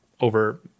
over